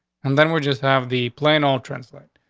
and then we just have the plane. all translate.